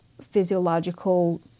physiological